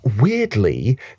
weirdly